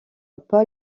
paul